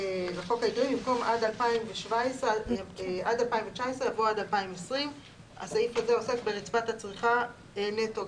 במקום ״עד 2019״ יבוא ״עד 2020״. הסעיף הזה עוסק ברצפת הצריכה נטו,